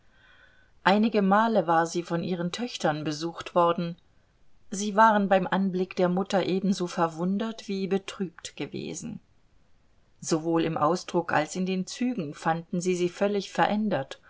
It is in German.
einige male war sie von ihren töchtern besucht worden sei waren beim anblick der mutter ebenso verwundert wie betrübt gewesen sowohl im ausdruck als in den zügen fanden sie sie völlig verändert